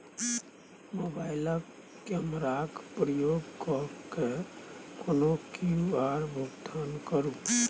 मोबाइलक कैमराक उपयोग कय कए कोनो क्यु.आर भुगतान करू